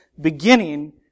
beginning